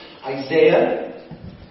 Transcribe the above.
Isaiah